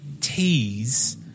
tease